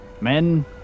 men